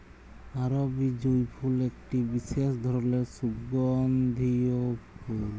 আরবি জুঁই ফুল একটি বিসেস ধরলের সুগন্ধিও ফুল